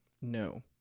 no